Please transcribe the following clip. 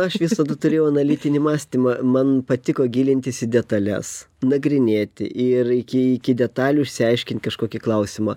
aš visada turėjau analitinį mąstymą man patiko gilintis į detales nagrinėti ir iki iki detalių išsiaiškint kažkokį klausimą